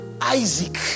Isaac